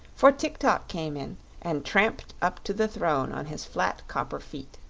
for tik-tok came in and tramped up to the throne on his flat copper feet.